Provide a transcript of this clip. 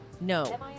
no